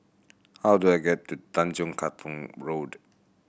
how do I get to Tanjong Katong Road